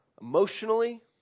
emotionally